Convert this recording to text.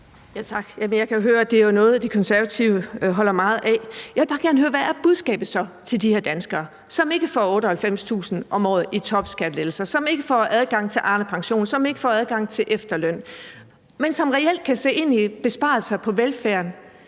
Jeg kan høre, at det jo er noget, De Konservative holder meget af. Jeg vil bare gerne høre: Hvad er budskabet så til de her danskere, som ikke får 98.000 kr. om året i topskattelettelser, som ikke får adgang til Arnepension, som ikke får adgang til efterløn, men som reelt kan se ind i besparelser på velfærden?